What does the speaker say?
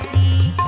e